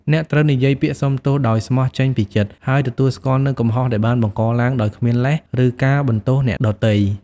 អ្នកត្រូវនិយាយពាក្យសុំទោសដោយស្មោះចេញពីចិត្ត ហើយទទួលស្គាល់នូវកំហុសដែលបានបង្កឡើងដោយគ្មានលេស ឬការបន្ទោសអ្នកដទៃ។